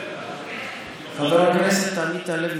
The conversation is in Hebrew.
חבר הכנסת עמית הלוי,